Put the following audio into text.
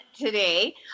today